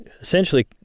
essentially